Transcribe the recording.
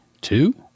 two